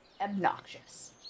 obnoxious